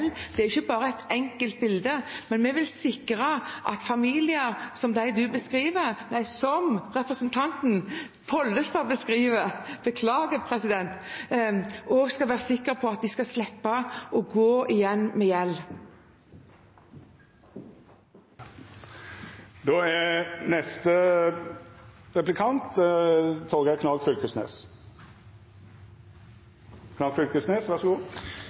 Det er ikke bare et enkelt bilde. Men vi vil sikre at familier som dem du beskriver – som dem representanten Pollestad beskriver, beklager president –skal være sikre på at de skal slippe å stå igjen med gjeld.